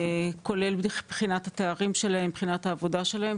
כולל בחינת התארים שלהם ובחינת העבודה שלהם.